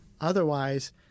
Otherwise